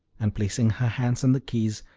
and placing her hands on the keys,